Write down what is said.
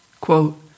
Quote